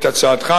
את הצעתך.